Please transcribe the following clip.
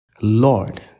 Lord